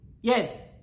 Yes